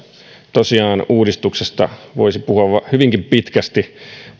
uudistuksesta tosiaan voisi puhua hyvinkin pitkästi